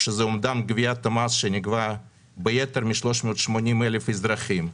שזה אומדן גביית המס שניגבה ביתר מ-380,000 אזרחים,